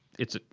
it's